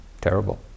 terrible